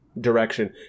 direction